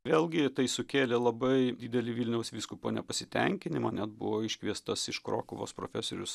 vėlgi tai sukėlė labai didelį vilniaus vyskupo nepasitenkinimą net buvo iškviestas iš krokuvos profesorius